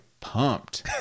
pumped